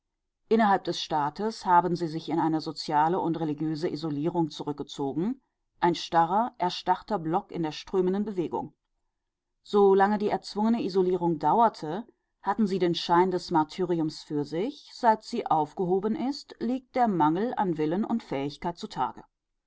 innerhalb des staates haben sie sich in eine soziale und religiöse isolierung zurückgezogen ein starrer erstarrter block in der strömenden bewegung solange die erzwungene isolierung dauerte hatten sie den schein des martyriums für sich seit sie aufgehoben ist liegt der mangel an willen und fähigkeit zutage